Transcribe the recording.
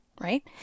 Right